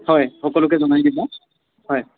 হয় সকলোকে জনাই দিবা হয়